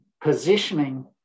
positioning